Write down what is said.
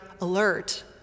alert